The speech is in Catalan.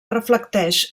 reflecteix